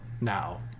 now